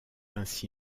ainsi